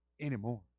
anymore